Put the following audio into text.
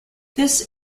this